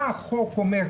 מה החוק אומר?